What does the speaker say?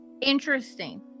interesting